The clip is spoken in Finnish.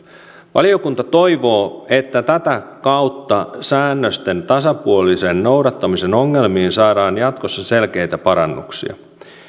valiokunta toivoo että tätä kautta säännösten tasapuolisen noudattamisen ongelmiin saadaan jatkossa selkeitä parannuksia